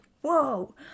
whoa